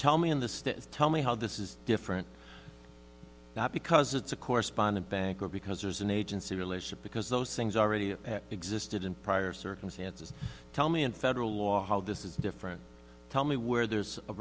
tell me in the states tell me how this is different because it's a correspondent bank or because there's an agency relationship because those things already existed in prior circumstances tell me in federal law how this is different tell me where there's a